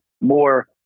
more